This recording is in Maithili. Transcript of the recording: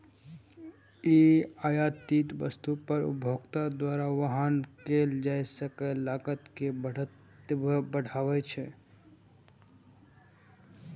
ई आयातित वस्तु पर उपभोक्ता द्वारा वहन कैल जाइ बला लागत कें बढ़बै छै